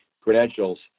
credentials